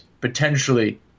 potentially